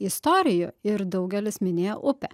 istorijų ir daugelis minėjo upę